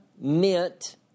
meant